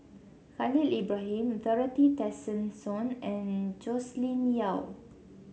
Khalil Ibrahim Dorothy Tessensohn and Joscelin Yeo